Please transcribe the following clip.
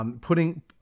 Putting